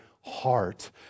heart